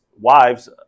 wives